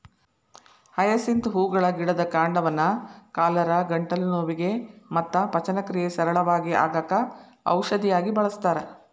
hyacinth ಹೂಗಳ ಗಿಡದ ಕಾಂಡವನ್ನ ಕಾಲರಾ, ಗಂಟಲು ನೋವಿಗೆ ಮತ್ತ ಪಚನಕ್ರಿಯೆ ಸರಳ ಆಗಾಕ ಔಷಧಿಯಾಗಿ ಬಳಸ್ತಾರ